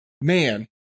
man